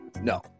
No